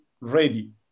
ready